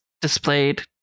displayed